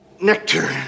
nectar